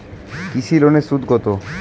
কৃষি লোনের সুদ কত?